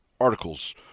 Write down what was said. articles